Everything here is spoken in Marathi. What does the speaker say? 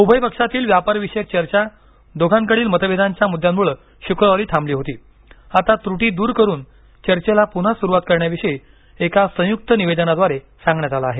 उभय पक्षातील व्यापारविषयक चर्चा दोन्हींकडील मतभेदांच्या मुद्यांमुळे शुक्रवारी थांबली होती आता त्र्टी दूर करून चर्चेला पुन्हा सुरुवात करण्याविषयी एका संयुक्त निवेदनाद्वारे सांगण्यात आलं आहे